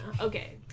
Okay